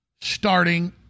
starting